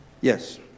Yes